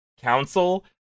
council